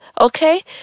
okay